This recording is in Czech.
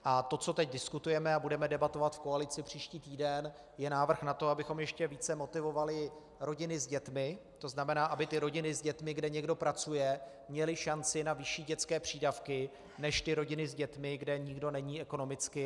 To, o čem teď diskutujeme a o čem budeme debatovat v koalici příští týden, je návrh na to, abychom ještě více motivovali rodiny s dětmi, to znamená, aby rodiny s dětmi, kde někdo pracuje, měly šanci na vyšší dětské přídavky než ty rodiny s dětmi, kde nikdo není ekonomicky aktivní.